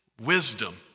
wisdom